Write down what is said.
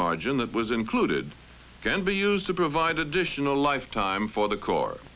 margin that was included can be used to provide additional life time for the c